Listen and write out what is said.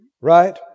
Right